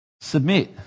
submit